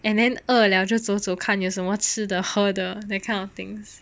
and then 饿了就走走看有什么吃的喝的 that kind of things